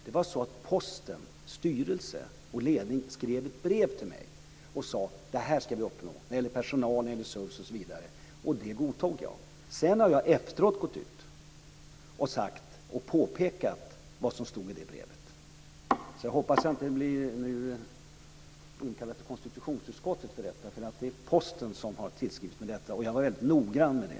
Det var så att Postens styrelse och ledning skrev ett brev till mig och sade: Det här ska vi uppnå när det gäller personal, service osv. Och det godtog jag. Sedan har jag efteråt gått ut och påpekat vad som stod i det brevet. Jag hoppas att jag inte blir inkallad till konstitutionsutskottet för det här, för det är Posten som har tillskrivit mig detta, och jag var väldigt noggrann med det.